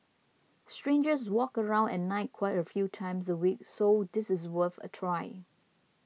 strangers walk around at night quite a few times a week so this is worth a try